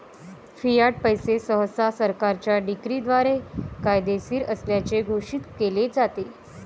Fiat पैसे सहसा सरकारच्या डिक्रीद्वारे कायदेशीर असल्याचे घोषित केले जाते